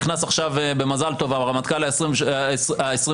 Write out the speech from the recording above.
נכנס עכשיו במזל טוב הרמטכ"ל ה-23,